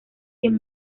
sin